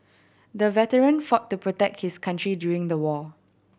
the veteran fought to protect his country during the war